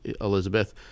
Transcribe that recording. Elizabeth